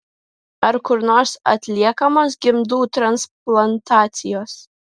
ar kur nors atliekamos gimdų transplantacijos